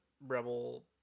rebel